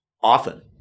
often